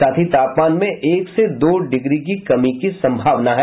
साथ ही तापमान में एक से दो डिग्री की कमी की भी संभावना है